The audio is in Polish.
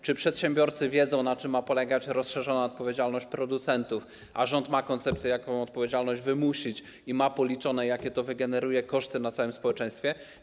Czy przedsiębiorcy wiedzą, na czym ma polegać rozszerzona odpowiedzialność producentów, a rząd ma koncepcję, jaką odpowiedzialność wymusić, i ma policzone, jakie to wygeneruje koszty dla całego społeczeństwa?